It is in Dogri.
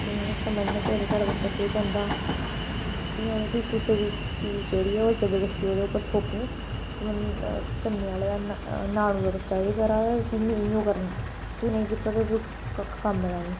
ते मतलब समझना चाहिदा साढ़ा बच्चा केह् चांह्दा इ'यां नी कि कुसै दी चीज़ जेह्ड़ी ऐ ओह् जबरदस्ती ओह्दे उप्पर थोपनी कि मतलब कन्नै आह्ले नाड़ू दा बच्चा एह् करा दा ते तुम्मी इ'यो करना तू नेईं कीता तू कक्ख कम्म दा नेईं